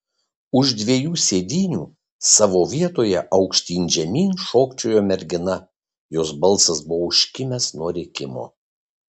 už dviejų sėdynių savo vietoje aukštyn žemyn šokčiojo mergina jos balsas buvo užkimęs nuo rėkimo